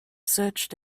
searched